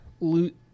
loot